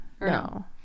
No